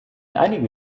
einigen